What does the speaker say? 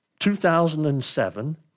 2007